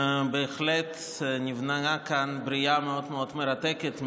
בהחלט נבראה כאן בריאה מאוד מאוד מרתקת.